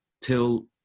till